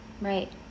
right